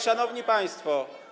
Szanowni Państwo!